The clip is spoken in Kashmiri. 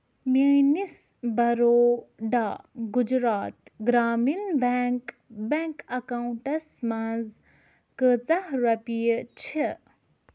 میٛٲنِس Baroda Gujarat Gramin bank bank accounts منٛز کۭژاہ رۄپیہِ چھِ